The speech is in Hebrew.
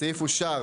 הסעיף אושר.